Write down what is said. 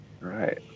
Right